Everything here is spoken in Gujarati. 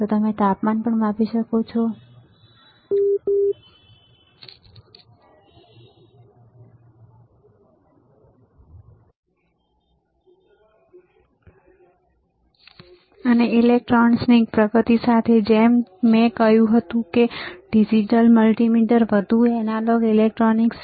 તમે તાપમાન પણ માપી શકો છો અને ઇલેક્ટ્રોનિક્સની પ્રગતિ સાથે જેમ મેં કહ્યું હતું કે ડિજિટલ મલ્ટિમીટરમાં વધુ એનાલોગ ઇલેક્ટ્રોનિક્સ છે